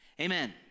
Amen